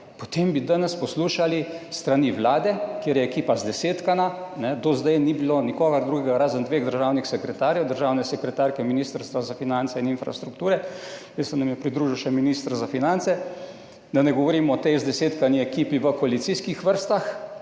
potem bi danes poslušali s strani Vlade – kjer je ekipa zdesetkana, do zdaj ni bilo nikogar drugega, razen dveh državnih sekretarjev, državne sekretarke z ministrstva za finance in infrastrukture, zdaj se nam je pridružil še minister za finance, da ne govorim o tej zdesetkani ekipi v koalicijskih vrstah,